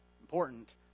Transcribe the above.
important